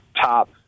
top